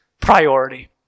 priority